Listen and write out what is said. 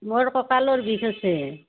মোৰ কঁকালৰ বিষ আছে